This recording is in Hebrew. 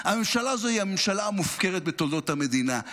הממשלה הזאת היא הממשלה המופקרת בתולדות המדינה,